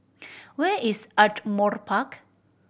where is Ardmore Park